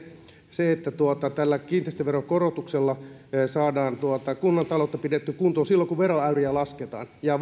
se että tällä kiinteistöveron korotuksella saadaan kunnan taloutta pidettyä kunnossa silloin kun veroäyriä lasketaan ja